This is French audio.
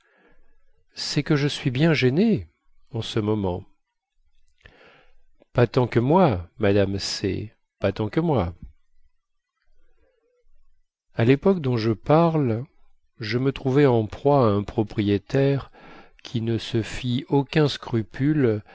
cest que je suis bien gênée en ce moment pas tant que moi madame c pas tant que moi à lépoque dont je parle je me trouvais en proie à un propriétaire qui ne se fit aucun scrupule